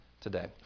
today